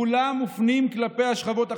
כולם מופנים כלפי השכבות החלשות.